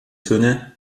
söhne